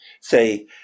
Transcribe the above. say